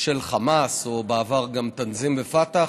של חמאס, או בעבר גם תנזים ופת"ח,